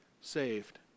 saved